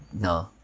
No